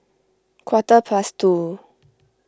quarter past two